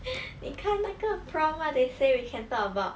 你看那个啦 they say we can talk about